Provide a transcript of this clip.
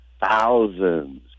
thousands